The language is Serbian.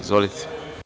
Izvolite.